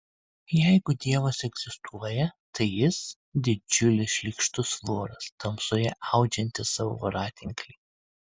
jeigu dievas egzistuoja tai jis didžiulis šlykštus voras tamsoje audžiantis savo voratinklį